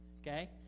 Okay